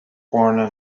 born